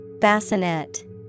Bassinet